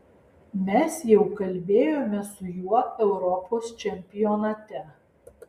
mes jau kalbėjome su juo europos čempionate